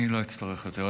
אני לא אצטרך יותר.